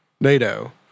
NATO